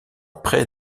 près